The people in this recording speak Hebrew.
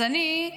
אז אני,